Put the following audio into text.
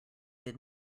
did